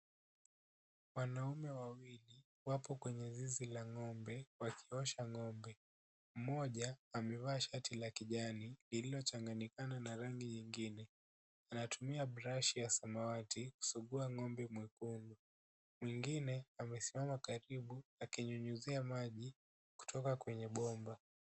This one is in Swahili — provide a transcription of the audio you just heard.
Wanaume wawili wapo kwenye zizi la ng'ombe wakiosha ng'ombe. Mmoja amevaa shati la kijani lililochanganyikana na rangi nyingine. Anatumia brushi ya samawati kusugua ng'ombe mwekundu. Mwingine amesimama karibu akinyunyizia maji kutoka kwenye bomba.